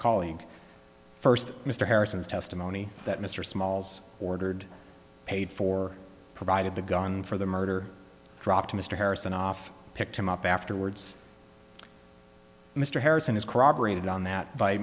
colleague first mr harrison's testimony that mr small's ordered paid for provided the gun for the murder dropped mr harrison off picked him up afterwards mr harrison is corroborated on that by